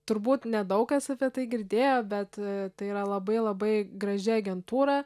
turbūt nedaug kas apie tai girdėjo bet tai yra labai labai graži agentūra